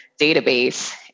database